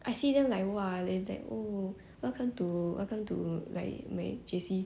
I see them like !wah! like that !woo! welcome to welcome to like my J_C